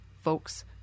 folks